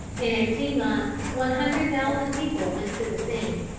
in eighteen months one hundred thousand people went to the scene.